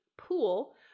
pool